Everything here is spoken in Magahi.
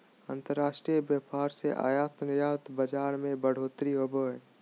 अंतर्राष्ट्रीय व्यापार से आयात निर्यात बाजार मे बढ़ोतरी होवो हय